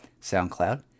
SoundCloud